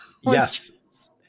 Yes